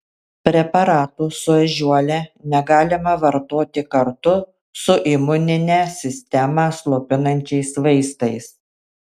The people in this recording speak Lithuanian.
preparatų su ežiuole negalima vartoti kartu su imuninę sistemą slopinančiais vaistais